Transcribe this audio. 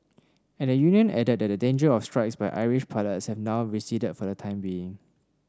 and the union added that the danger of strikes by Irish pilots had now receded for the time being